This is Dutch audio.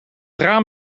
raam